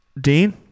Dean